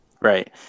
Right